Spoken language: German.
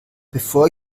bevor